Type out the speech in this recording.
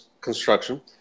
construction